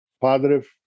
Positive